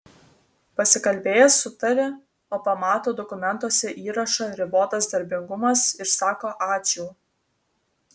pasikalbėjęs sutari o pamato dokumentuose įrašą ribotas darbingumas ir sako ačiū